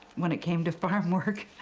when it came to farm work